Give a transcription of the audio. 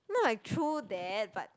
then I'm like true that but